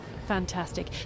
fantastic